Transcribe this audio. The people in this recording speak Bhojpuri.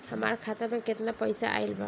हमार खाता मे केतना पईसा आइल बा?